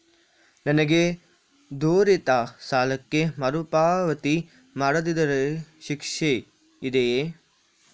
ನನಗೆ ದೊರೆತ ಸಾಲಕ್ಕೆ ಮರುಪಾವತಿ ಮಾಡದಿದ್ದರೆ ಶಿಕ್ಷೆ ಇದೆಯೇ?